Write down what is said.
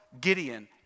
Gideon